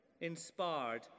Inspired